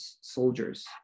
soldiers